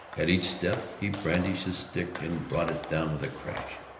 at each step he brandished his stick and brought it down with a crash.